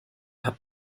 hat